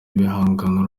igihangano